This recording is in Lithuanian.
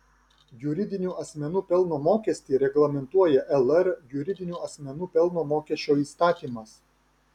juridinių asmenų pelno mokestį reglamentuoja lr juridinių asmenų pelno mokesčio įstatymas